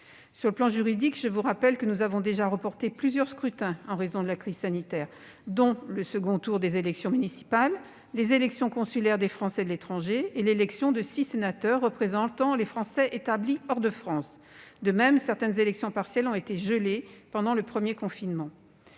Sur le plan juridique, je rappelle que nous avons déjà reporté plusieurs scrutins en raison de la crise sanitaire, dont le second tour des élections municipales, les élections consulaires des Français de l'étranger et l'élection de six sénateurs représentant les Français établis hors de France. De même, certaines élections partielles ont été « gelées » pendant le premier confinement.